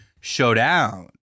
Showdown